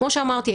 כמו שאמרתי,